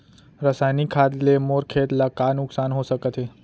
रसायनिक खाद ले मोर खेत ला का नुकसान हो सकत हे?